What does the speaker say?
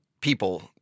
people